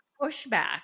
pushback